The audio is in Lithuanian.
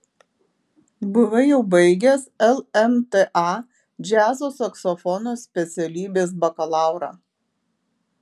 buvai jau baigęs lmta džiazo saksofono specialybės bakalaurą